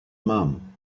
mum